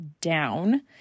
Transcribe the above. down